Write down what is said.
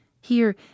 here